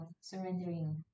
surrendering